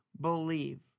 believe